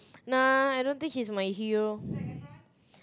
nah I don't think he's my hero